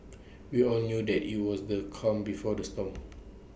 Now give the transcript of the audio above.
we all knew that IT was the calm before the storm